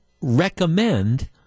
recommend